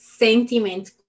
Sentiment